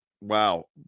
Wow